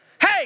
Hey